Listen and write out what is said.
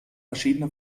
verschiedene